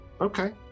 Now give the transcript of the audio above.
okay